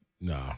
No